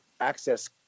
access